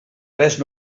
res